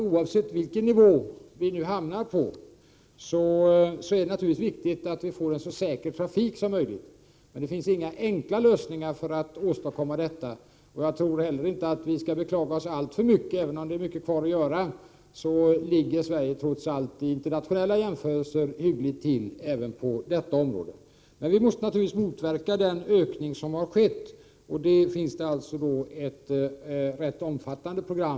Oavsett vilken nivå vi hamnar på är det naturligtvis viktigt att få en så säker trafik som möjligt. Det finns emellertid inte några enkla lösningar för att åstadkomma detta. Jag tror inte att vi skall beklaga oss alltför mycket, även om det är mycket kvar att göra, eftersom Sverige vid internationella jämförelser trots allt ligger hyggligt till även på detta område. Men vi måste naturligtvis motverka den ökning av olyckorna som har skett. För att göra det finns det alltså ett rätt omfattande program.